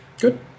Good